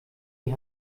die